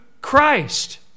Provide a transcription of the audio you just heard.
Christ